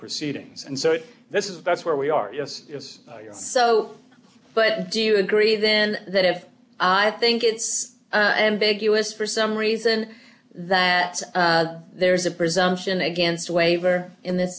proceedings and so this is that's where we are yes yes so but do you agree then that if i think it's ambiguous for some reason that there's a presumption against waiver in this